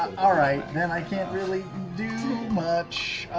all right. then i can't really do much.